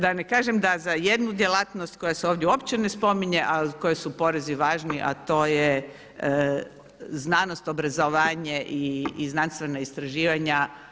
Da ne kažem da za jednu djelatnost koja se ovdje uopće ne spominje a kojoj su porezi važni a to je znanost, obrazovanje i znanstvena istraživanja.